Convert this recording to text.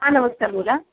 हां नमस्कार बोला